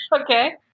Okay